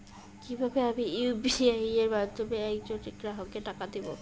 কিভাবে আমি ইউ.পি.আই এর মাধ্যমে এক জন গ্রাহককে টাকা দেবো?